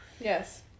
Yes